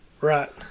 Right